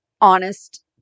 honest